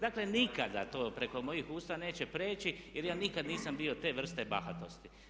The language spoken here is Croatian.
Dakle, nikada to preko mojih usta neće prijeći jer ja nikad nisam bio te vrste bahatosti.